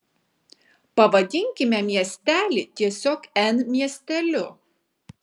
pavadinkime miestelį tiesiog n miesteliu